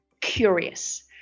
curious